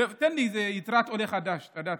תן לי יתרת עולה חדש, אתה יודע.